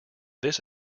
this